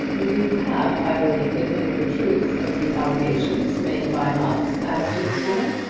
you have, i believe, admitted the truth of the allegations made by us as to this woman.